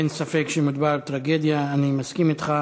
אין ספק שמדובר בטרגדיה, אני מסכים אתך.